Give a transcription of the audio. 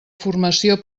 formació